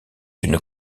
une